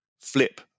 flip